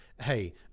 Hey